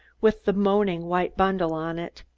with the moaning white bundle on it